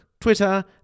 Twitter